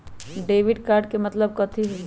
Debit card के मतलब कथी होई?